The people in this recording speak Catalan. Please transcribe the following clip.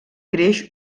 creix